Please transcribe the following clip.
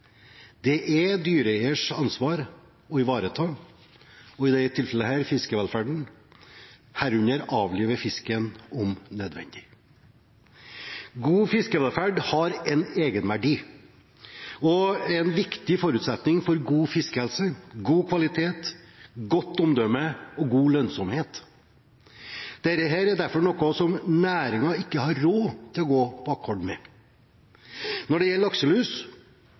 Det er dyreeiers ansvar å ivareta – i dette tilfellet – fiskevelferden, herunder avlive fisken, om nødvendig. God fiskevelferd har en egenverdi og er en viktig forutsetning for god fiskehelse, god kvalitet, godt omdømme og god lønnsomhet. Dette er derfor noe som næringen ikke har råd til å gå på akkord med. Når det gjelder